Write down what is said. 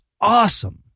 awesome